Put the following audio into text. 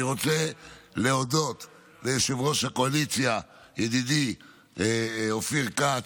אני רוצה להודות ליושב-ראש הקואליציה ידידי אופיר כץ.